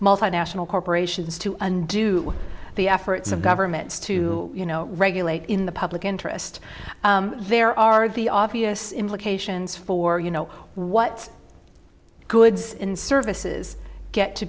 multinational corporations to undo the efforts of governments to you know regulate in the public interest there are the obvious implications for you know what goods and services get to